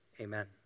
Amen